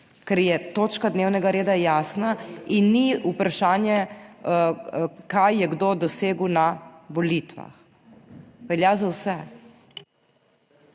ker je točka dnevnega reda jasna in ni vprašanje kaj je kdo dosegel na volitvah. Velja za vse.